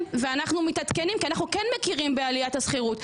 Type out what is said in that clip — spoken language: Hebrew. ואנחנו מתעדכנים כי אנחנו כן מכירים בעליית גובה השכירות.